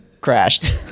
crashed